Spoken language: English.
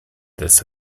this